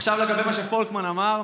עכשיו לגבי מה שפולקמן אמר.